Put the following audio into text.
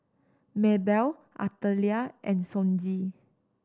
Maebell Artelia and Sonji